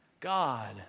God